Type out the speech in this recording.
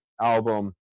album